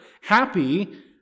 Happy